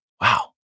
Wow